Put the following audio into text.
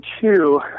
two